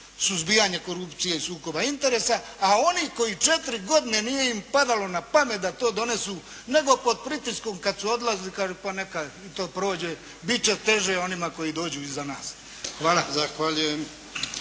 suzbijanje korupcije i sukoba interesa, a oni koji četiri godine nije im padalo na pamet da to donesu, nego pod pritiskom kad su odlazili kaže, pa neka i to prođe. Bit će teže onima koji dođu iza nas. Hvala. **Jarnjak,